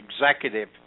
executive